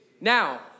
Now